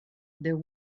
there